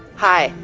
hi,